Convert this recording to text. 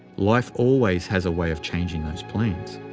life always has a way of changing those plans.